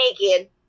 naked